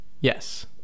Yes